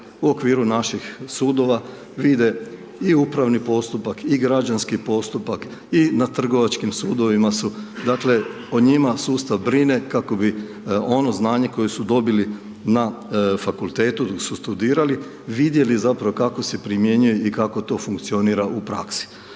u okviru naših sudova, vide i uspravni postupak, i građanski postupak i na trgovačkim sudovima su dakle, o njima sustav brine kako bi ono znanje koje su dobili na fakultetu dok su studirali, vidjeli zapravo kako se primjenjuje i kako to funkcionira u praksi.